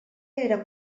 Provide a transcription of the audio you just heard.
era